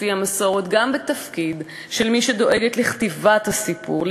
לפי המסורת גם בתפקיד של מי שדואגת לכתיבת הסיפור,